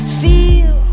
feel